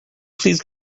please